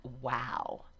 wow